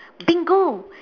bingo